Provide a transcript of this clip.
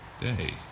day